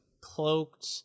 cloaked